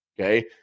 Okay